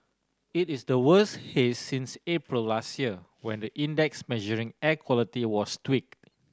it is the worse haze since April last year when the index measuring air quality was tweaked